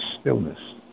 Stillness